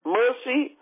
mercy